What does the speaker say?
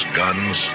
guns